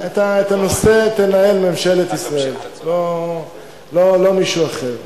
את הנושא תנהל ממשלת ישראל ולא מישהו אחר.